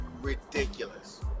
ridiculous